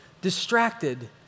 distracted